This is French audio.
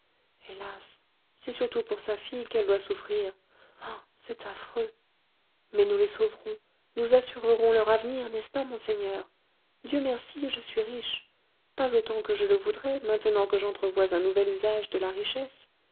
hélas c'est surtout pour sa fille qu'elle doit souffrir oh c'est affreux mais nous les sauverons nous assurerons leur avenir n'est-ce pas monseigneur dieu merci je suis riche pas autant que je le voudrais maintenant que j'entrevois un nouvel usage de la richesse